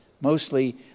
mostly